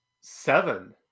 seven